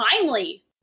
timely